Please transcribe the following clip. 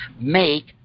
make